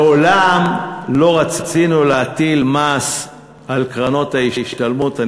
מעולם לא רצינו להטיל מס על קרנות ההשתלמות.